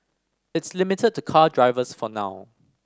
it's limited to car drivers for now